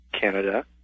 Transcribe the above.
Canada